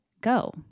go